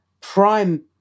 prime